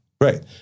Right